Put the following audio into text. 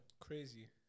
Crazy